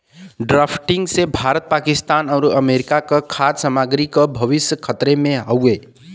drafting से भारत पाकिस्तान आउर America क खाद्य सामग्री क भविष्य खतरे में हउवे